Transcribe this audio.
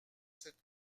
cette